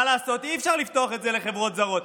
מה לעשות, אי-אפשר לפתוח את זה לחברות זרות.